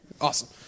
Awesome